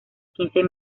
quince